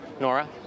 Nora